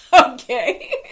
Okay